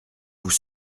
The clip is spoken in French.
vous